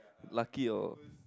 lucky or